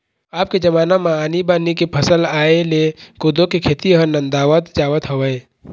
अब के जमाना म आनी बानी के फसल आय ले कोदो के खेती ह नंदावत जावत हवय